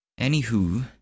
Anywho